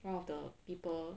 one of the people